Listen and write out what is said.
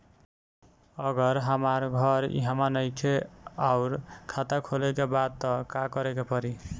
अगर हमार घर इहवा नईखे आउर खाता खोले के बा त का करे के पड़ी?